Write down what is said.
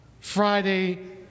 Friday